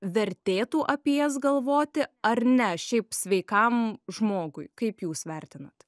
vertėtų apie jas galvoti ar ne šiaip sveikam žmogui kaip jūs vertinat